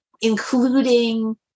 including